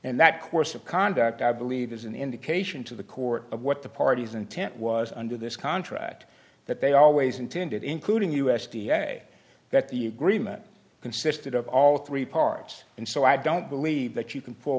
and that course of conduct i believe is an indication to the court of what the parties intent was under this contract that they always intended including u s d a that the greenman consisted of all three parts and so i don't believe that you can